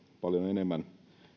paljon enemmän